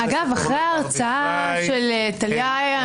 אגב אחרי ההרצאה טליה,